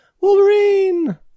Wolverine